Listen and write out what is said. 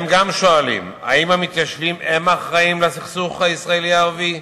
הם גם שואלים: האם המתיישבים הם האחראים לסכסוך הישראלי הערבי?